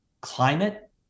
climate